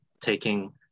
taking